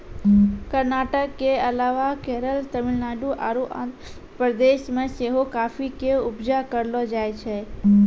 कर्नाटक के अलावा केरल, तमिलनाडु आरु आंध्र प्रदेश मे सेहो काफी के उपजा करलो जाय छै